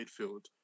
midfield